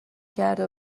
کرده